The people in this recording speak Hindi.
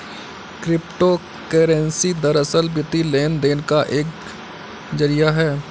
क्रिप्टो करेंसी दरअसल, वित्तीय लेन देन का एक जरिया है